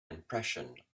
impression